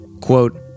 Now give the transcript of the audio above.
quote